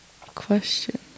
question